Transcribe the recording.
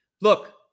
Look